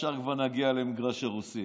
ישר כבר נגיע למגרש הרוסים.